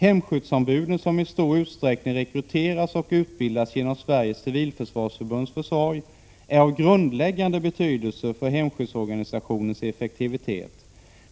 Hemskyddsombuden, som i stor utsträckning rekryteras och utbildas genom Sveriges civilförsvarsförbunds försorg, är av grundläggande betydelse för | hemskyddsorganisationens effektivitet.